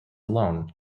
alone